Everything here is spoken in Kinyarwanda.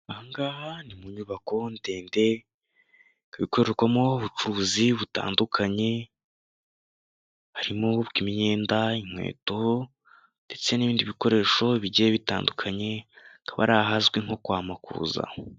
Ahangaha ni mu nyubako ndende ikorerwamo ubucuruzi butandukanye, harimo ubw'imyenda, inkweto, ndetse nibindi bikoresho bigiye bitandukanye, hakaba ari ahazwi nko kwa Makuza.